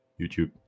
youtube